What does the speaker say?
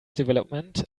development